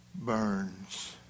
Burns